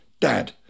Dad